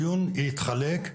הדיון יתחלק.